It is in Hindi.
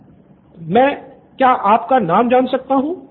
क्या मैं पहले आपका नाम जान सकता हूं